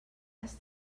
has